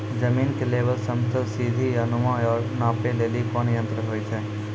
जमीन के लेवल समतल सीढी नुमा या औरो नापै लेली कोन यंत्र होय छै?